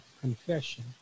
confession